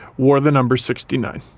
wore the number sixty nine.